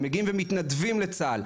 הם מגיעים ומתנדבים לצה"ל.